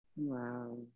Wow